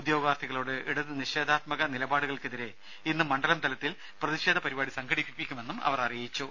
ഉദ്യോഗാർത്ഥികളോട് ഇടത് നിഷേധാത്മക നിലപാടുകൾക്കെതിരെ ഇന്ന് മണ്ഡലംതലത്തിൽ പ്രതിഷേധ പരിപാടി സംഘടിപ്പിക്കുമെന്നും അവർ അറിയിച്ചു